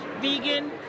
vegan